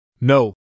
No